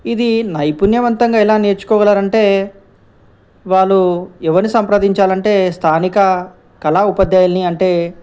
ఇది నైపుణ్యవంతంగా ఎలా నేర్చుకోగలరంటే వాళ్ళు ఎవరిని సంప్రదించాలంటే స్థానిక కళా ఉపాధ్యాయుల్ని అంటే